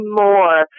more